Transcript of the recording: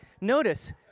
Notice